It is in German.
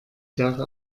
jahre